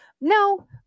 No